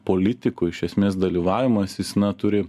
politikų iš esmės dalyvavimas jis na turi